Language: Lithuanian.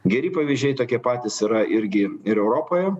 geri pavyzdžiai tokie patys yra irgi ir europoje